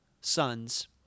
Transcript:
sons